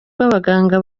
abaganga